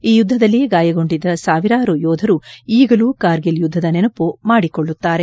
ಈ ಯುದ್ಧದಲ್ಲಿ ಗಾಯಗೊಂಡಿದ್ದ ಸಾವಿರಾರು ಯೋಧರು ಈಗಲೂ ಕಾರ್ಗಿಲ್ ಯುದ್ಧದ ನೆನಮ ಮಾಡಿಕೊಳ್ಳುತ್ತಾರೆ